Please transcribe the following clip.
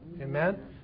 Amen